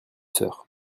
sœurs